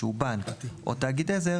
שהוא בנק או תאגיד עזר